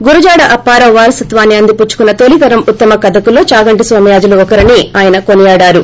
గురజాడ అప్పారావు వారసత్వాన్ని అందిపుచ్చుకున్న తొలీతరం ఉత్తమ కధకుల్లో చాగంటి నోమయాజలు ఒకరని ఆయన కొనియాడారు